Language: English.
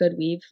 GoodWeave